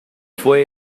fue